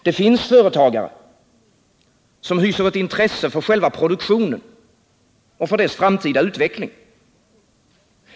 Det finns företagare som hyser ett intresse för själva produktionen och för dess framtida utveckling.